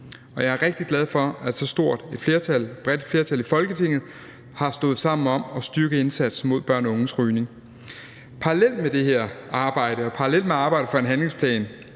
jeg er rigtig glad for, at så stort og bredt et flertal i Folketinget har stået sammen om at styrke indsatsen mod børns og unges rygning. Parallelt med det her arbejde og parallelt med arbejdet for en handlingsplan